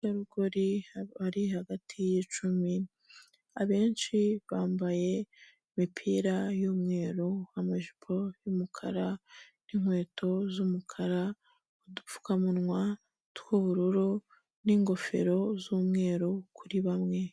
Abategarugori bari hagati y'icumi abenshi bambaye imipira y'umweru, amajipo y'umukara n'inkweto z'umukara, udupfukamunwa tw'ubururu n'ingofero z'umweru kuri bamwe.